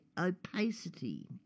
opacity